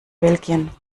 belgien